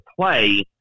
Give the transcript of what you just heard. play